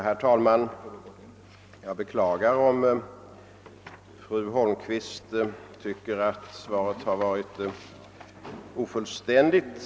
Herr talman! Jag tackar kommunministern för detta hans senaste svar.